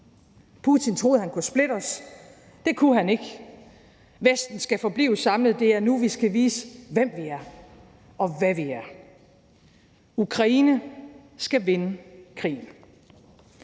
Putin troede, han kunne splitte os. Det kunne han ikke. Vesten skal forblive samlet. Det er nu, vi skal vise, hvem vi er, og hvad vi er. Ukraine skal vinde krigen.